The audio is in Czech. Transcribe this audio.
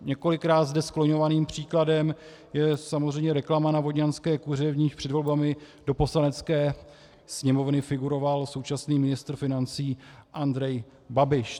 Několikrát zde skloňovaným příkladem je samozřejmě reklama na vodňanské kuře, v níž před volbami do Poslanecké sněmovny figuroval současný ministr financí Andrej Babiš.